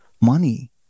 money